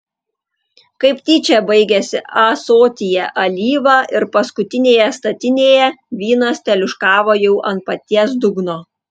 kaip tyčia baigėsi ąsotyje alyva ir paskutinėje statinėje vynas teliūškavo jau ant paties dugno